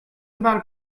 about